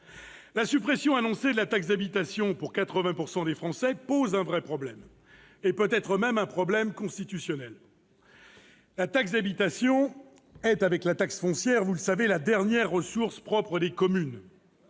La suppression annoncée de la taxe d'habitation pour 80 % des Français pose un vrai problème, peut-être même constitutionnel. La taxe d'habitation est, avec la taxe foncière, la dernière ressource propre des communes.